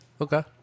Okay